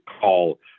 call